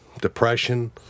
depression